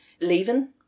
leaving